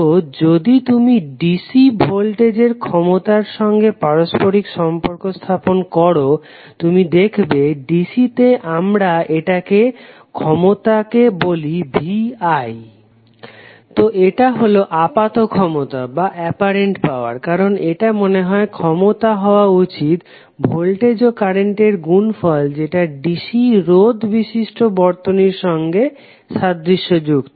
তো যদি তুমি DC ভোল্টেজের ক্ষমতার সঙ্গে পারস্পরিক সম্পর্ক স্থাপন করো তুমি দেখবে DC তে আমরা এটাকে ক্ষমতাকে বলি vi তো এটা হলো আপাত ক্ষমতা কারণ এটা মনে হয় যে ক্ষমতা হওয়া উচিত ভোল্টেজ ও কারেন্টের গুনফল যেটা DC রোধ বিশিষ্ট বর্তনীর সঙ্গে সাদৃশ্য যুক্ত